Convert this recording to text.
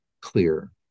clear